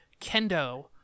kendo